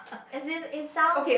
as in it sounds